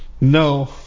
No